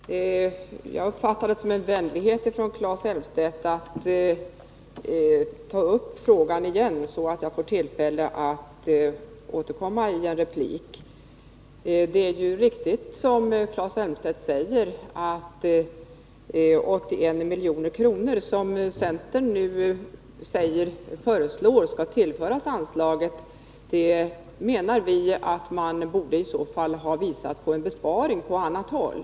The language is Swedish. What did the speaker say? Fru talman! Jag uppfattar det som en vänlighet av Claes Elmstedt att ta upp frågan igen, så att jag får tillfälle att återkomma i en replik. Det är ju riktigt som Claes Elmstedt säger, att centern nu föreslår att 81 milj.kr. skall tillföras anslaget, men vi menar att man i så fall borde visa på en besparing på annat håll.